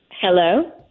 Hello